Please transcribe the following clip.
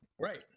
right